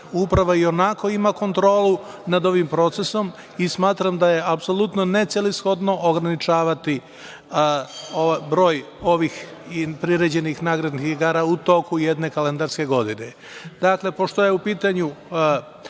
uprava i onako ima kontrolu nad ovim procesom i smatram da je apsolutno ne celishodno ograničavati broj priređenih nagradnih igara u toku jedne kalendarske godine. Pošto je u pitanju